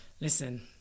Listen